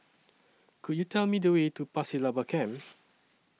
Could YOU Tell Me The Way to Pasir Laba Camp